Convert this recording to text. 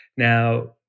Now